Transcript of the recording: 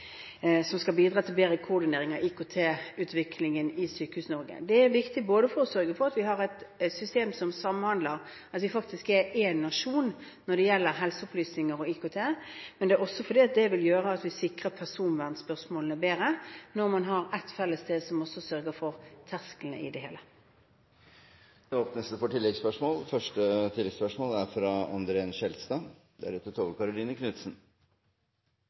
som skal bidra til bedre koordinering av IKT-utviklingen i Sykehus-Norge. Det er viktig for å sørge for at vi har et system som samhandler, at vi faktisk er én nasjon når det gjelder helseopplysninger og IKT, men også fordi det vil gjøre at vi sikrer personvernspørsmålene bedre når man har ett felles sted som også sørger for tersklene i det hele. Det åpnes for oppfølgingsspørsmål – først André N. Skjelstad.